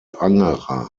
angerer